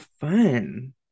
fun